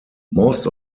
most